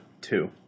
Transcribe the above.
Two